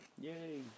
Yay